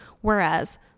Whereas